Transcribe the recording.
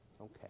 Okay